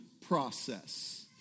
process